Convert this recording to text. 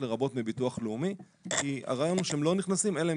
לרבות מביטוח לאומי כי הרעיון הוא שהם לא נכנסים אלא אם